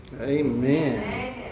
Amen